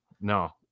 no